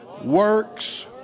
works